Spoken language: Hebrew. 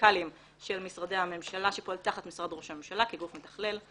מנכ"לים של משרדי הממשלה שפועל תחת משרד ראש הממשלה כגוף מתכלל.